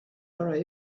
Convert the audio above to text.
are